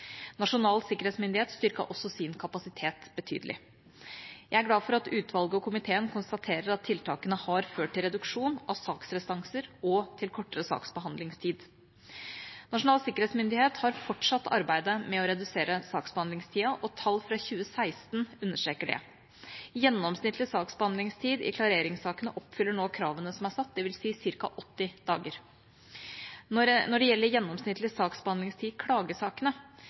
Nasjonal sikkerhetsmyndighet styrket også sin kapasitet betydelig. Jeg er glad for at utvalget og komiteen konstaterer at tiltakene har ført til reduksjon av saksrestanser og til kortere saksbehandlingstid. Nasjonal sikkerhetsmyndighet har fortsatt arbeidet med å redusere saksbehandlingstida, og tall fra 2016 understreker det. Gjennomsnittlig saksbehandlingstid i klareringssakene oppfyller nå kravene som er satt, dvs. ca. 80 dager. Når det gjelder gjennomsnittlig saksbehandlingstid i klagesakene,